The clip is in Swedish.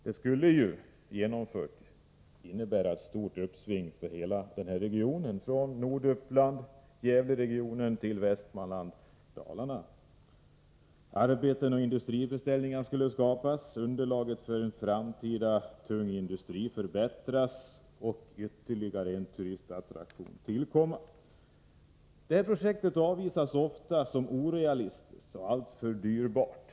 Det skulle genomfört innebära ett stort uppsving för hela regionen från Norduppland och Gävle-regionen till Västmanland och Dalarna. Arbeten och industribeställningar skulle skapas, underlag för en framtida tung industri skulle förbättras och ytterligare en turistattraktion skulle tillkomma. Detta projekt avvisas ofta som orealistiskt och alltför dyrbart.